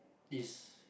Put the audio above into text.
is